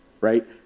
right